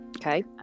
Okay